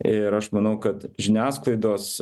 ir aš manau kad žiniasklaidos